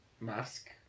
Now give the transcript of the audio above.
mask